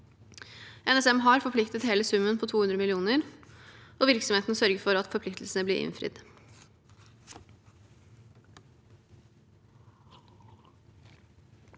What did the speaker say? NSM har forpliktet hele summen på 200 mill. kr, og virksomheten sørger for at forpliktelsene blir innfridd.